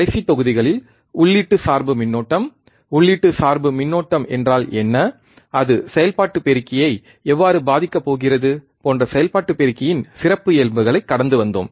கடைசி தொகுதிகளில் உள்ளீட்டு சார்பு மின்னோட்டம் உள்ளீட்டு சார்பு மின்னோட்டம் என்றால் என்ன அது செயல்பாட்டு பெருக்கியை எவ்வாறு பாதிக்கப் போகிறது போன்ற செயல்பாட்டு பெருக்கியின் சிறப்பியல்புகளைக் கடந்து வந்தோம்